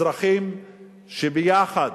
אזרחים שביחד,